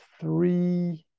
three